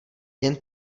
jen